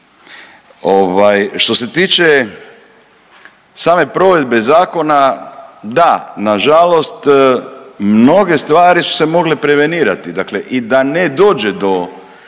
Što se tiče same provedbe zakona, da nažalost mnoge stvari su se mogle prevenirati dakle i da ne dođe do